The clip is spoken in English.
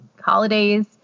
holidays